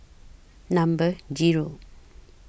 Number Zero